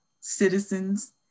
citizens